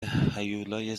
هیولای